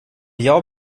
jag